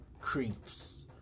creeps